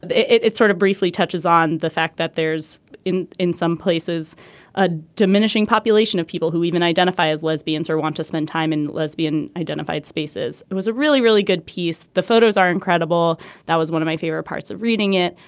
it it sort of briefly touches on the fact that there's in in some places a diminishing population of people who even identify as lesbians or want to spend time in lesbian identified spaces. it was a really really good piece. the photos are incredible. that was one of my favorite parts of reading it.